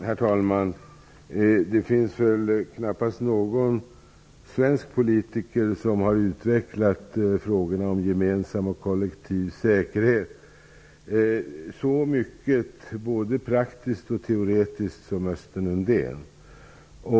Herr talman! Det finns knappast någon svensk politiker som har utvecklat frågorna om gemensam och kollektiv säkerhet så mycket, både praktiskt och teoretiskt, som Östen Undén.